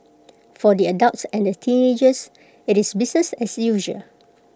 for the adults and the teenagers IT is business as usual